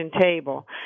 table